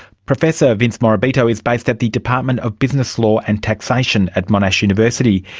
professor vince morabito is based at the department of business law and taxation at monash university.